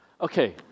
Okay